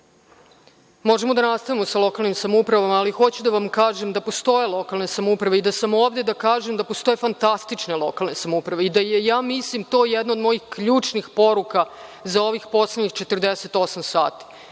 godine. Možemo da nastavimo sa lokalnim samoupravama, ali hoću da vam kažem da postoje lokalne samouprave i da sam ovde da kažem da postoje fantastične lokalne samouprave i da je, ja mislim, jedna od mojih ključnih poruka za ovih poslednjih 48 sati.